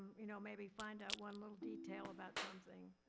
you know, maybe find out one little detail about something.